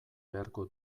beharko